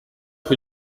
rue